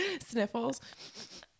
Sniffles